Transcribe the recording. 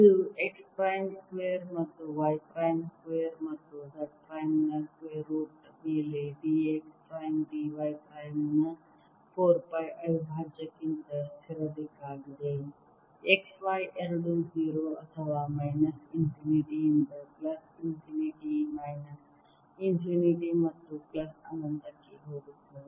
ಇದು x prime square ಮತ್ತು y prime square ಮತ್ತು z ಸ್ಕ್ವೇರ್ ನ ಸ್ಕ್ವೇರ್ ರೂಟ್ ಮೇಲೆ d x prime d y prime ನ 4 ಪೈ ಅವಿಭಾಜ್ಯಕ್ಕಿಂತ ಸ್ಥಿರ ದಿಕ್ಕಾಗಿದೆ x ಮತ್ತು y ಎರಡೂ 0 ಅಥವಾ ಮೈನಸ್ ಇನ್ಫಿನಿಟಿ ಯಿಂದ ಪ್ಲಸ್ ಇನ್ಫಿನಿಟಿ ಮೈನಸ್ ಇನ್ಫಿನಿಟಿ ಮತ್ತು ಪ್ಲಸ್ ಅನಂತಕ್ಕೆ ಹೋಗುತ್ತದೆ